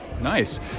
Nice